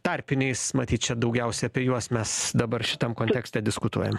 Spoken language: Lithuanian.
tarpiniais matyt čia daugiausia apie juos mes dabar šitam kontekste diskutuojam